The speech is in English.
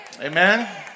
Amen